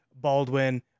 Baldwin